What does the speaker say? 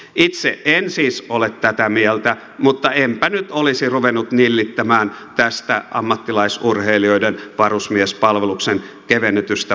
itse en siis ole tätä mieltä mutta enpä nyt olisi ruvennut nillittämään tästä ammattilaisurheilijoiden varusmiespalveluksen kevennetystä